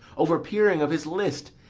overpeering of his list,